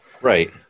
Right